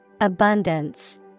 Abundance